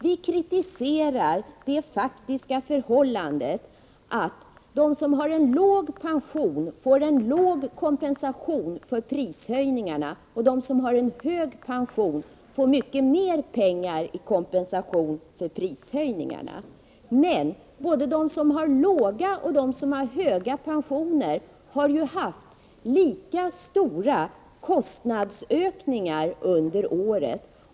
Vi kritiserar det faktiska förhållandet att de som har en låg pension får en låg kompensation för prishöjningarna, medan de som har en hög pension får mycket mer pengar i kompensation för prishöjningarna. Men både de som har låg och de som har hög pension har haft lika stora kostnadsökningar under året.